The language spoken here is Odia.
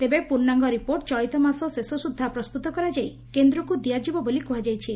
ତେବେ ପୂର୍ଶ୍ୱାଙ୍ଟ ରିପୋର୍ଟ ଚଳିତ ମାସ ଶେଷ ସୁଦ୍ଧା ପ୍ରସ୍ତୁତ କରାଯାଇ କେନ୍ଦ୍ରକୁ ଦିଆଯିବ ବୋଲି କୁହାଯାଇଛି